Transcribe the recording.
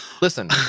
Listen